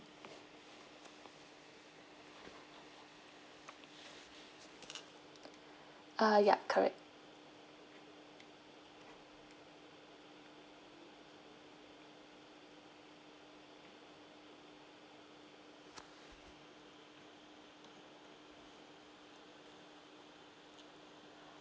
ah yup correct